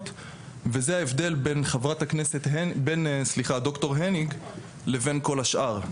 וזה ההבדל בין ד"ר הניג לבין כל השאר.